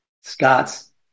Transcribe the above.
Scott's